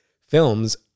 films